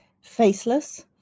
faceless